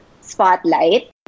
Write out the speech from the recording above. spotlight